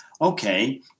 okay